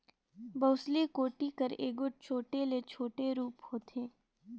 बउसली कोड़ी कर एगोट छोटे ले छोटे रूप होथे